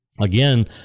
again